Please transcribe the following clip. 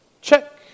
Check